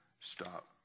stop